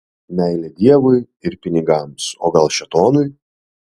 meilė dievui ir pinigams o gal šėtonui